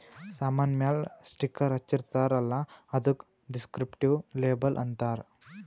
ಸಾಮಾನ್ ಮ್ಯಾಲ ಸ್ಟಿಕ್ಕರ್ ಹಚ್ಚಿರ್ತಾರ್ ಅಲ್ಲ ಅದ್ದುಕ ದಿಸ್ಕ್ರಿಪ್ಟಿವ್ ಲೇಬಲ್ ಅಂತಾರ್